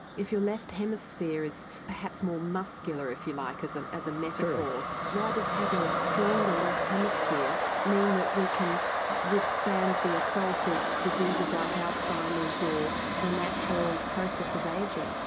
if your left hemisphere is perhaps more muscular, if you like, as um as a metaphor why does having a stronger left hemisphere mean that we can withstand the assault of diseases like alzheimer's or the natural process of ageing?